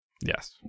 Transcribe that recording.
Yes